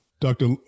Dr